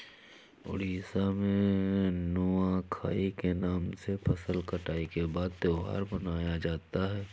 उड़ीसा में नुआखाई के नाम से फसल कटाई के बाद त्योहार मनाया जाता है